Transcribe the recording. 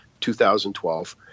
2012